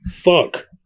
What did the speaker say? Fuck